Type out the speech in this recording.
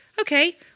okay